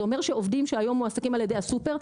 זה אומר שעובדים שהיו מועסקים על ידי הסופר,